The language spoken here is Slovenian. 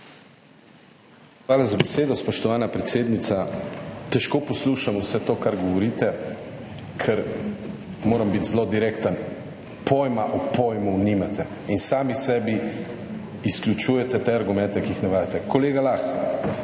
Hvala za besedo, spoštovana predsednica. Težko poslušam vse to, kar govorite, ker moram biti zelo direkten, pojma o pojmu nimate in sami sebi izključujete te argumente, ki jih navajate. Kolega Lah,